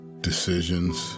decisions